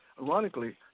Ironically